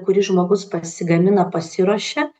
kurį žmogus pasigamina pasiruošia